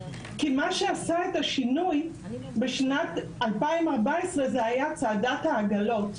כי מה שעשה את השינוי בשנת 2014 זה היה צעדת העגלות.